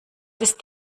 ist